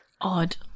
odd